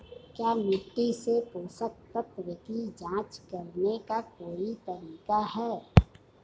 क्या मिट्टी से पोषक तत्व की जांच करने का कोई तरीका है?